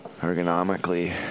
ergonomically